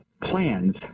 plans